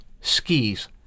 skis